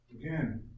again